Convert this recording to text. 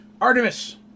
Artemis